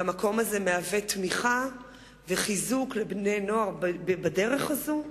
והמקום הזה משמש תמיכה וחיזוק לבני-נוער בדרך הזאת.